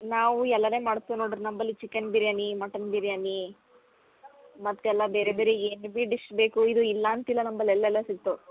ನಾವು ಎಲ್ಲನೆ ಮಾಡ್ತೀವಿ ನೋಡ್ರಿ ನಂಬಲ್ಲಿ ಚಿಕನ್ ಬಿರ್ಯಾನೀ ಮಟನ್ ಬಿರ್ಯಾನೀ ಮತ್ತೆಲ್ಲ ಬೇರೆ ಬೇರೆ ಏನು ಬಿ ಡಿಶ್ ಬೇಕು ಇದು ಇಲ್ಲ ಅಂತಿಲ್ಲ ನಂಬಲ್ ಎಲ್ಲ ಎಲ್ಲ ಸಿಗ್ತವ